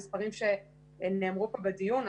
המספרים שנאמרו פה בדיון,